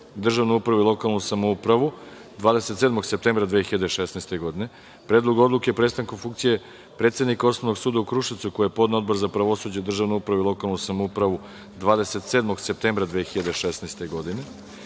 državnu upravu i lokalnu samoupravu, 27. septembra 2016. godine; Predlog odluke o prestanku funkcije predsednika Osnovnog suda u Kruševcu, koji je podneo Odbor za pravosuđe, državnu upravu i lokalnu samoupravu, 27. septembra 2016. godine;